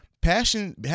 passion